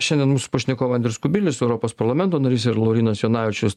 šiandien mūsų pašnekovai andrius kubilius europos parlamento narys ir laurynas jonavičius